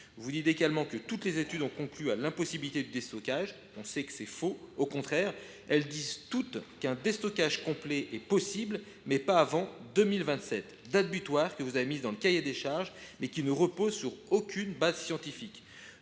Vous affirmez par ailleurs que toutes les études ont conclu à l’impossibilité du déstockage. Or nous savons que c’est faux. Toutes les études montrent au contraire qu’un déstockage complet est possible, mais pas avant 2027, date butoir que vous avez fixée dans le cahier des charges, mais qui ne repose sur aucune base scientifique.